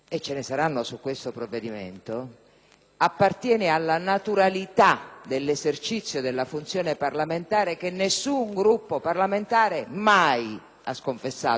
appartiene alla naturalità dell'esercizio della funzione parlamentare che nessun Gruppo parlamentare ha mai sconfessato, adeguando